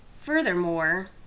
furthermore